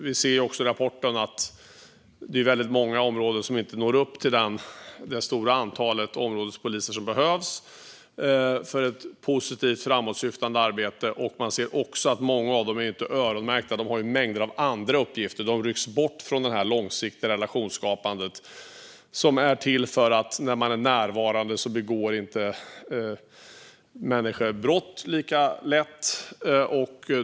Vi ser i rapporten att man i väldigt många områden inte når upp till det stora antal områdespoliser som behövs för ett positivt framåtsyftande arbete. Man ser också att många av dem inte är öronmärkta. De har mängder av andra uppgifter. De rycks bort från det långsiktiga relationsskapandet. När de är närvarande begår människor inte brott lika lätt.